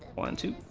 want to